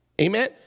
Amen